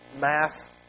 mass